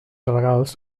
regals